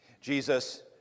Jesus